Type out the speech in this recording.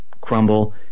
crumble